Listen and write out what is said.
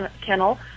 kennel